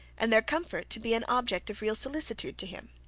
and their comfort to be an object of real solicitude to him.